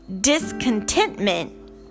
discontentment